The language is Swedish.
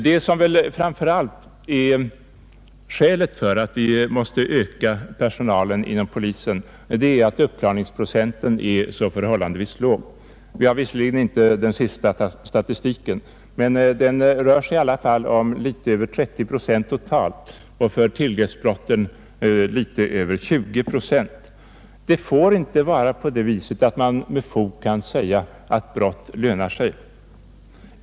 Det som framför allt gör att vi måste öka polispersonalen är att uppklaringsprocenten är förhållandevis så låg. Jag har inte den senaste statistiken, men det rör sig om litet över 30 procent totalt, för tillgreppsbrotten litet över 20 procent. Det får inte vara så att man med fog kan säga att brott lönar sig.